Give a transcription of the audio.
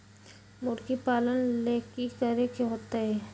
मुर्गी पालन ले कि करे के होतै?